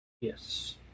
yes